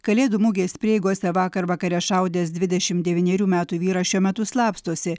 kalėdų mugės prieigose vakar vakare šaudęs dvidešim devynerių metų vyras šiuo metu slapstosi